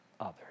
others